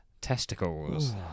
testicles